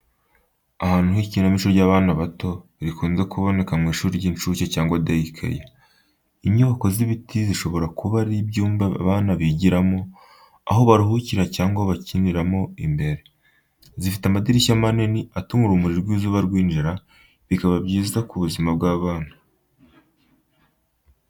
Ahantu h’ikinamico ry’abana bato, rikunze kuboneka mu ishuri ry’incuke cyangwa day care. Inyubako z'ibiti zishobora kuba ari ibyumba abana bigiramo, aho baruhukira cyangwa bakiniramo imbere. Zifite amadirishya manini atuma urumuri rw'izuba rwinjira, bikaba byiza ku buzima bw’abana.